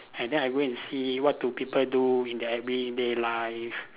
and then I go and see what do people do in their everyday life